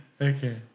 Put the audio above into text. Okay